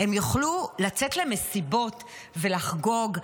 הם יוכלו לצאת למסיבות ולחגוג.